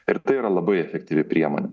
ir tai yra labai efektyvi priemonė